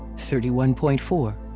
thirty one point four,